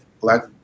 black